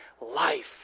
life